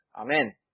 Amen